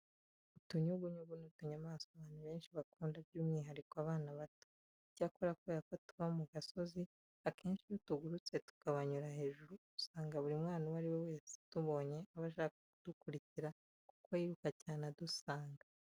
Utunyugunyugu ni utunyamaswa abantu benshi bakunda by'umwihariko abana bato. Icyakora kubera ko tuba mu gasozi akenshi iyo tugurutse tukabanyura hejuru usanga buri mwana uwo ari we wese utubonye aba ashaka kudukurikira kuko yiruka cyane adusanga.